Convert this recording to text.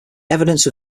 evidence